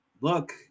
Look